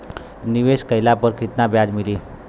निवेश काइला पर कितना ब्याज मिली?